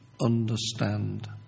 understand